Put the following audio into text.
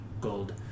gold